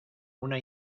una